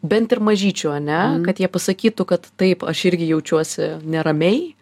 bent ir mažyčiu ane kad jie pasakytų kad taip aš irgi jaučiuosi neramiai